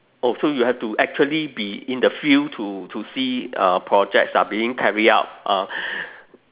oh so you have to actually be in the field to to see uh projects are being carried out uh